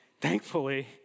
thankfully